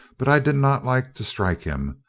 but i did not like to strike him,